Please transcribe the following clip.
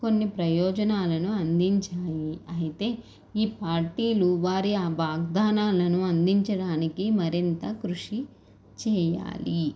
కొన్ని ప్రయోజనాలను అందించాయి అయితే ఈ పార్టీలు వారి వాగ్దానాలను అందించడానికి మరింత కృషి చేయాలి